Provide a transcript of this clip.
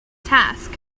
task